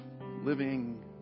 living